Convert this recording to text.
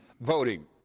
voting